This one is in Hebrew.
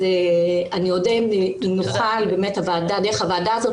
אני אודה אם נוכל דרך הוועדה הזאת